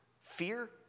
fear